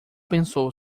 pensou